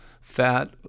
fat